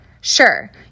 Sure